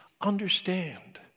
understand